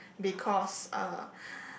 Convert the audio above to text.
because uh